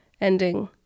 ending